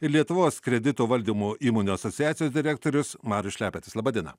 lietuvos kredito valdymo įmonių asociacijos direktorius marius šlepetis laba diena